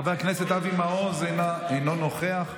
חבר הכנסת אבי מעוז, אינו נוכח.